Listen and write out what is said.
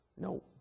No